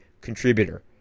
contributor